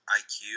iq